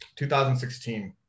2016